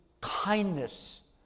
kindness